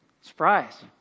Surprise